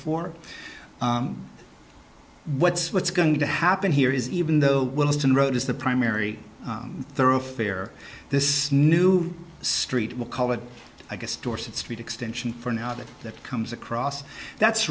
for what's what's going to happen here is even though wilton road is the primary thoroughfare this is new street we'll call it i guess dorset street extension for now that that comes across that's